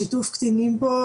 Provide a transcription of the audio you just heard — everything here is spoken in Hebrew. שיתוף הקטינים פה,